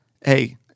Hey